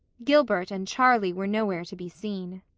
gilbert and charlie were nowhere to be seen.